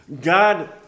God